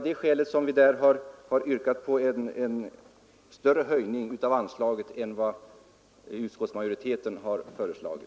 Det är därför vi yrkat på en större höjning av anslaget än den som utskottsmajoriteten föreslagit.